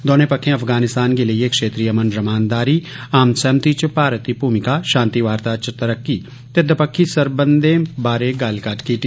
दौनें पक्खें अफगानिस्तान गी लेई क्षेत्रीय अमन रमानदारी सहमति च भारत दी भूमिका षांति वार्ता च तरक्की ते दपक्खी सरबंधै बारै गल्ल कत्थ कीती